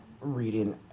reading